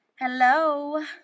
Hello